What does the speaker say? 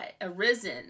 arisen